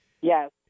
Yes